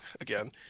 again